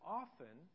often